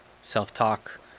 self-talk